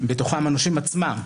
בתוכם אנשים עצמם,